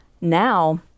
Now